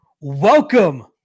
Welcome